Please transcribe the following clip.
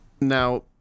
Now